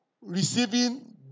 Receiving